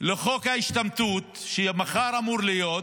על חוק ההשתמטות, שמחר אמור להיות,